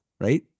right